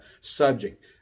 subject